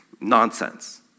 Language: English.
nonsense